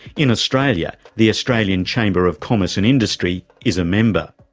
in australia, the australian chamber of commerce and industry is a member.